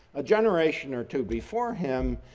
a generation or two before him,